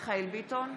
מיכאל מרדכי ביטון,